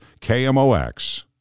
KMOX